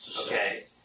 Okay